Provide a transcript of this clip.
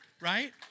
Right